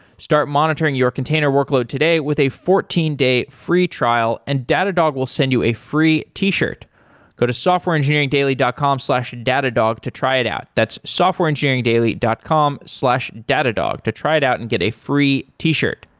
start monitoring your container workload today with a fourteen day free trial and datadog will send you a free t-shirt go to softwareengineeringdaily dot com slash datadog to try it out. that's softwareengineeringdaily dot com datadog to try it out and get a free t-shirt.